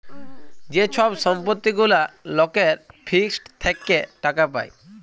যে ছব সম্পত্তি গুলা লকের ফিক্সড থ্যাকে টাকা পায়